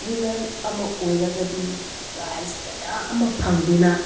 winner ꯑꯃ ꯑꯣꯏꯔꯒꯗꯤ prize ꯀꯌꯥ ꯑꯃ ꯐꯪꯗꯨꯅ